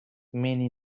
many